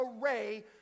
array